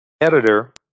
editor